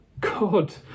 God